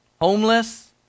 homeless